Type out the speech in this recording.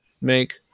make